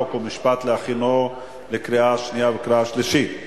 חוק ומשפט להכנה לקריאה שנייה וקריאה שלישית.